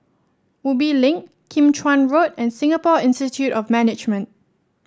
Ubi Link Kim Chuan Road and Singapore Institute of Management